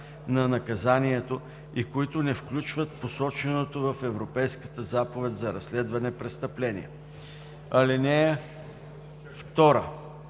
на наказанието и които не включват посоченото в Европейската заповед за разследване престъпление. (2)